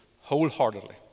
wholeheartedly